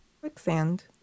Quicksand